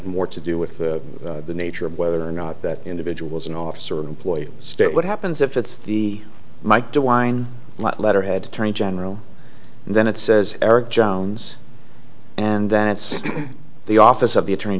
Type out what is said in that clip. more to do with the nature of whether or not that individual is an officer or employee state what happens if it's the mike de wine letterhead attorney general and then it says eric jones and then it's the office of the attorney